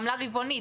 עמלה רבעונית,